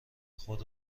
خود